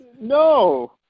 No